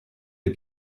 les